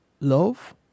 love